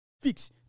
fix